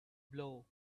blow